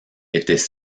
étaient